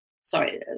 sorry